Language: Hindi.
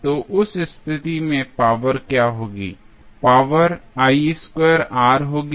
तो उस स्थिति में पावर क्या होगी पावरहोगी